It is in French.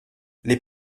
les